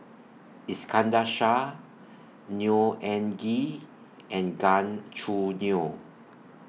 Iskandar Shah Neo Anngee and Gan Choo Neo